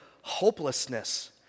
hopelessness